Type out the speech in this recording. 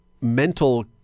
mental